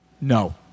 No